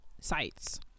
sites